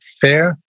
fair